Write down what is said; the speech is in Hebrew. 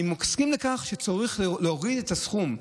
אני מסכים לכך שצריך להוריד את הסכום,